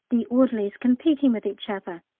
the orderlies competing with each other.